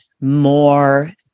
more